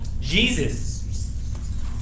Jesus